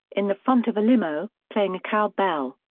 in the front of a limo, playing a cowbell.